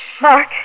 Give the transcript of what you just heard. Mark